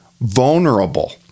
vulnerable